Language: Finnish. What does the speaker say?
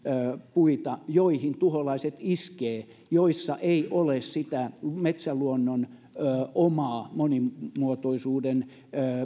puita joihin tuholaiset iskevät ja joissa ei ole sitä metsäluonnon omaa monimuotoisuuden